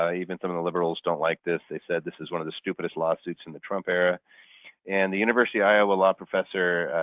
ah even some of the liberals don't like this. they said this is one of the stupidest lawsuits in the trump era and the university iowa law professor,